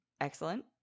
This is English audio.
Excellent